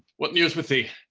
what news with thee?